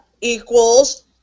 equals